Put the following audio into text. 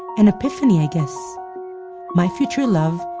an epiphany, i guess my future love,